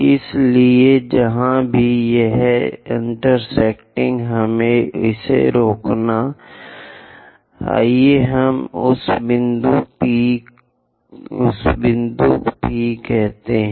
इसलिए जहां भी यह है इंटेरसेक्टिंग हमें इसे रोकने आइए हम उस बिंदु P कहते हैं